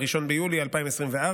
1 ביולי 2024,